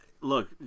look